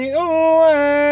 away